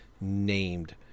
named